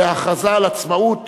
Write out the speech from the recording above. וההכרזה על עצמאות,